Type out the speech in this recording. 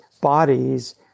bodies